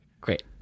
Great